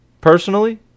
personally